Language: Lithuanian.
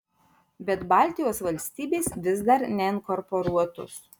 bet baltijos valstybės vis dar neinkorporuotos